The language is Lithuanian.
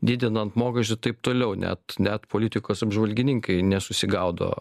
didinant mokesčius taip toliau net net politikos apžvalgininkai nesusigaudo